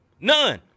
none